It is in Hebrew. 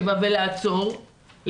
7 ולעצור,